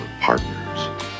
Partners